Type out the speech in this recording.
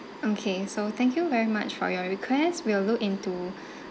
okay so thank you very much for your request we'll look into